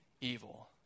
evil